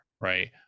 Right